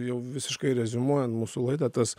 jau visiškai reziumuojant mūsų laidą tas